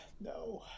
no